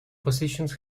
positions